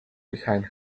behind